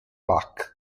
bach